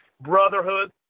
brotherhood